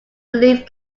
relief